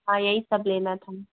हाँ यही सब लेना था